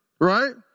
right